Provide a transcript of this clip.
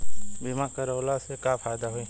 बीमा करवला से का फायदा होयी?